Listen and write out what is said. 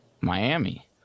Miami